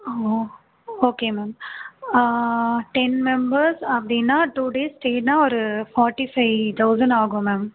ஓ okay ma'am ten members அப்படினா two days ஸ்டேனா ஒரு ஃபாட்டி ஃபைவ் தௌஸண்ட் ஆகும் மேம்